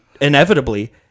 inevitably